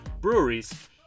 breweries